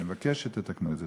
אני מבקש שתתקנו את זה.